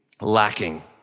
lacking